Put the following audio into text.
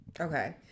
Okay